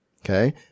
Okay